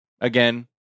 again